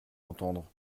entendre